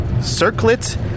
Circlet